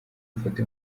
ifoto